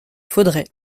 faudrait